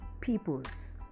people's